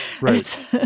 Right